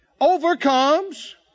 Overcomes